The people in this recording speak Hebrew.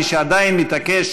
מי שעדיין התעקש,